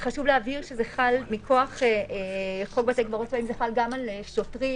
חשוב לציין שזה חל גם על שוטרים,